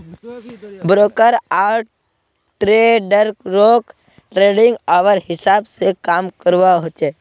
broker आर ट्रेडररोक trading hour हिसाब से काम करवा होचे